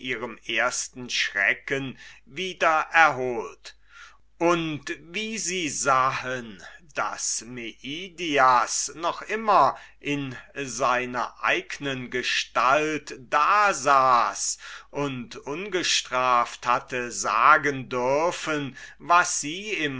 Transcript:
ersten schrecken wieder erholt und wie sie sahen daß meidias noch immer in seiner eignen gestalt da saß und ungestraft hatte sagen dürfen was sie im